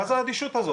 מה זה האדישות הזאת?